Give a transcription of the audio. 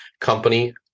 company